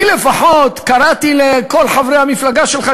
אני לפחות קראתי לכל חברי המפלגה שלך,